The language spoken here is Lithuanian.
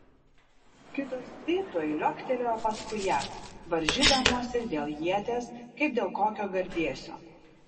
kitos dvi tuoj liuoktelėjo paskui ją varžydamosi dėl ieties kaip dėl kokio gardėsio